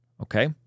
Okay